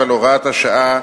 אבל הוראת השעה